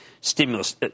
stimulus